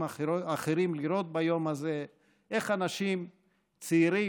אחרים לראות ביום הזה: איך אנשים צעירים